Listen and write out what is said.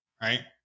Right